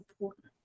important